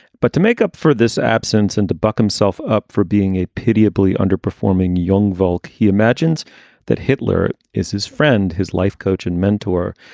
but to make up for this absence and to buck himself up for being a pitiably underperforming young volk, he imagines that hitler is his friend, his life coach and mentor.